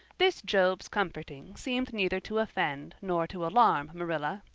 this job's comforting seemed neither to offend nor to alarm marilla.